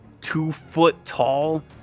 two-foot-tall